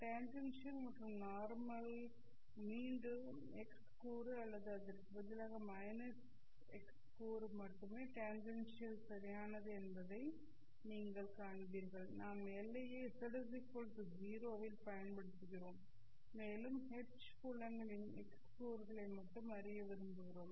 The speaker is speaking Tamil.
டேன்ஜென்ஷியல் மற்றும் நார்மல் மீண்டும் x கூறு அல்லது அதற்கு பதிலாக x கூறு மட்டுமே டேன்ஜென்ஷியல் சரியானது என்பதை நீங்கள் காண்பீர்கள் நாம் எல்லையை z0 இல் பயன்படுத்துகிறோம் மேலும் H புலங்களின் x கூறுகளை மட்டுமே அறிய விரும்புகிறோம்